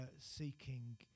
seeking